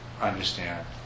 understand